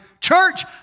church